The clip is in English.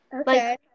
Okay